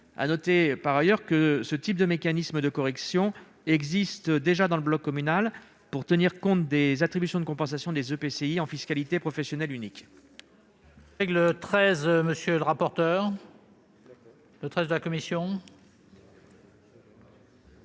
Je précise que ce type de mécanisme de correction existe déjà au sein du bloc communal, pour tenir compte des attributions de compensation des EPCI en fiscalité professionnelle unique.